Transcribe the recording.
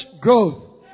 growth